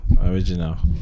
original